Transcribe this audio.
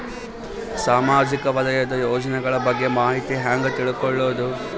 ಸಾಮಾಜಿಕ ವಲಯದ ಯೋಜನೆಗಳ ಬಗ್ಗೆ ಮಾಹಿತಿ ಹ್ಯಾಂಗ ತಿಳ್ಕೊಳ್ಳುದು?